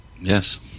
Yes